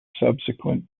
subsequent